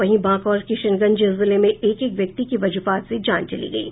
वहीं बांका और किशनगंज जिले में एक एक व्यक्ति की वज्रपात से जान चली गयी